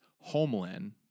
Homeland